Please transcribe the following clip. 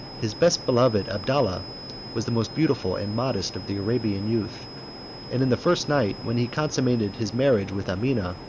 his best beloved abdallah was the most beautiful and modest of the arabian youth and in the first night, when he consummated his marriage with amina,